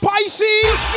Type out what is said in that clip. Pisces